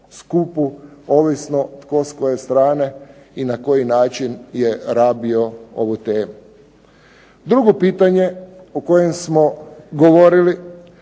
ovisno tko s koje strane i na koji način je rabio ovu temu. Drugo pitanje o kojem smo govorili,